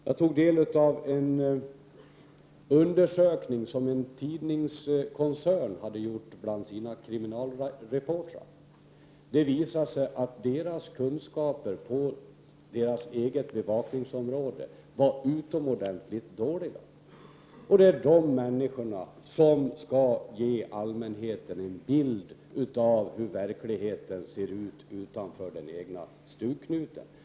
Jag tog del av en undersökning som en tidningskoncern hade gjort bland sina kriminalreportrar. Den visar att deras kunskaper på deras eget bevakningsområde var utomordentligt dåliga. Det är de människorna som skall ge allmänheten en bild av hur verkligheten ser ut utanför den egna stugknuten.